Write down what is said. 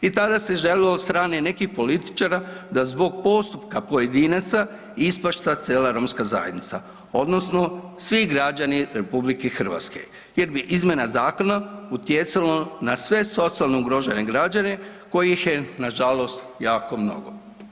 I tada se želilo od strane nekih političara da zbog postupka pojedinaca ispašta cijela romska zajednica odnosno svi građani RH jer bi izmjena zakona utjecala na sve socijalno ugrožene građane kojih je nažalost jako mnogo.